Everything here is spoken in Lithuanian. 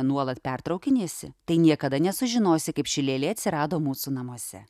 nuolat pertraukinėsi tai niekada nesužinosi kaip ši lėlė atsirado mūsų namuose